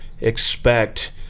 expect